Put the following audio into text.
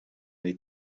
les